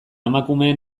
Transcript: emakumeen